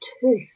tooth